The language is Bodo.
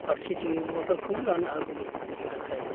फारसेथिङै मटरखौ लानो हागौमोन नाथाय